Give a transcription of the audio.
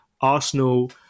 Arsenal